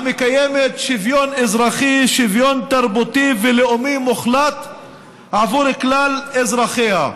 המקיימת שוויון אזרחי ושוויון תרבותי ולאומי מוחלט עבור כלל אזרחיה.